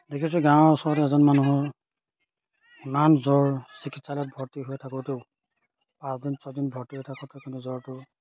দেখিছোঁ গাঁৱৰ ওচৰতে এজন মানুহৰ ইমান জ্বৰ চিকিৎসালয়ত ভৰ্তি হৈ থাকোঁতেও পাঁচদিন ছয়দিন ভৰ্তি হৈ থাকোঁতে কিন্তু জ্বৰটো